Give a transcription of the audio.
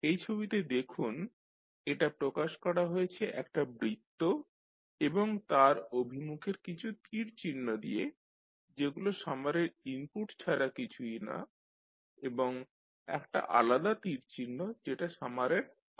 এই ছবিতে দেখুন এটা প্রকাশ করা হয়েছে একটা বৃত্ত এবং তার অভিমুখের কিছু তীর চিহ্ন দিয়ে সেগুলো সামারের ইনপুট ছাড়া কিছুই না এবং একটা আলাদা তীর চিহ্ন যেটা সামারের আউটপুট